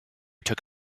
took